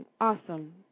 awesome